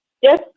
Yes